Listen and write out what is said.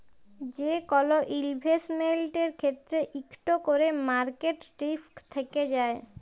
যে কল ইলভেসেটমেল্টের ক্ষেত্রে ইকট ক্যরে মার্কেট রিস্ক থ্যাকে যায়